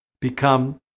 become